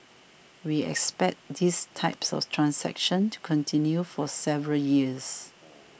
we expect these types of transactions to continue for several years